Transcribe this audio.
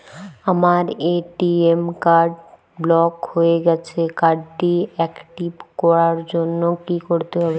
আমার ATM card block হয়ে গেছে কার্ড টি একটিভ করার জন্যে কি করতে হবে?